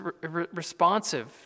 responsive